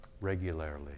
regularly